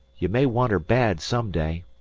ye may want her bad some day.